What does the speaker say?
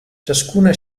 ciascuna